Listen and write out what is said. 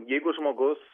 jeigu žmogus